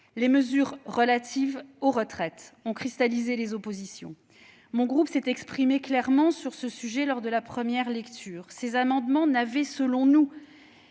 Les mesures relatives aux retraites ont cristallisé les oppositions. Mon groupe s'est exprimé clairement sur ce sujet lors de la première lecture : ces amendements n'avaient, selon nous,